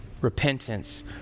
repentance